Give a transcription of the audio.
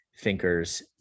thinkers